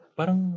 Parang